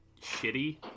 shitty